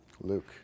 Luke